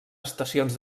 estacions